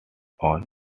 one